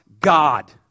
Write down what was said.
God